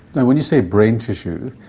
now when you say brain tissue,